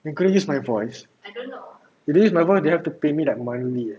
they gonna use my voice they use my voice they have to pay me like monthly ah